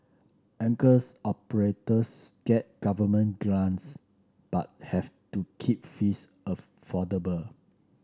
anchors operators get government grants but have to keep fees affordable